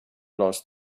lost